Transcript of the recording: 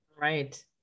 Right